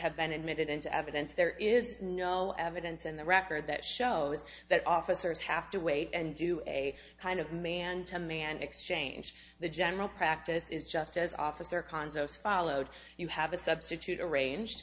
have been admitted into evidence there is no evidence in the record that shows that officers have to wait and do a kind of man to man exchange the general practice is just as officer khan's osa followed you have a substitute arranged